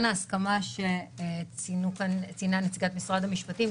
ההסכמה שציינה נציגת משרד המשפטים.